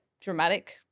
dramatic